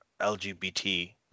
LGBT